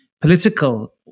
political